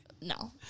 No